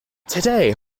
today